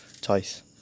choice